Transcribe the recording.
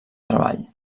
treball